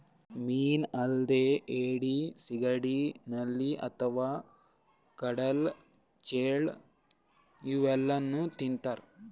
ಮೀನಾ ಅಲ್ದೆ ಏಡಿ, ಸಿಗಡಿ, ನಳ್ಳಿ ಅಥವಾ ಕಡಲ್ ಚೇಳ್ ಇವೆಲ್ಲಾನೂ ತಿಂತಾರ್